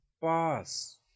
boss